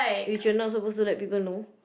which you're not supposed to let people know